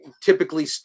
typically